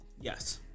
Yes